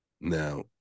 Now